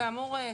אז כאמור,